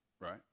Right